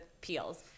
peels